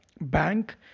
Bank